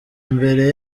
imbere